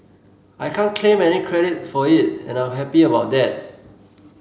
I can't claim any credit for it and I'm happy about that